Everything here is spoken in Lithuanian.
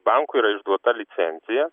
bankui yra išduota licenzija